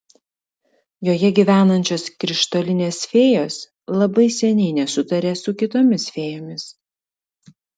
joje gyvenančios krištolinės fėjos labai seniai nesutaria su kitomis fėjomis